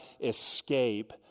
escape